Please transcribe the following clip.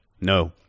no